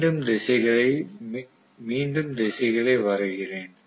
மீண்டும் திசைகளை மீண்டும் வரைகிறேன்